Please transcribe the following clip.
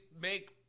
make